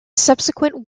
subsequent